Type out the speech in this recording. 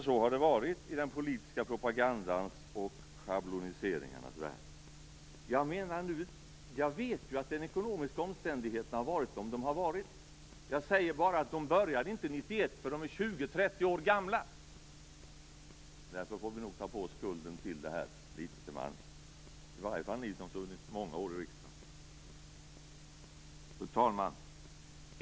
Så har det varit i den politiska propagandans och i schabloniseringarnas värld. Jag vet ju att de ekonomiska omständigheterna har varit som de har varit. Jag säger bara att de inte uppstod 1991; de är 20-30 år gamla. Därför får vi nog ta på oss skulden till det här litet till mans, i varje fall ni som har suttit många år i riksdagen. Fru talman!